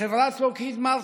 חברת לוקהיד מרטין,